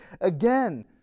again